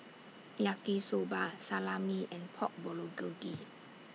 Yaki Soba Salami and Pork Bulgogi